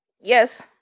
yes